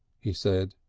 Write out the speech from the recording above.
he said.